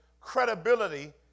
credibility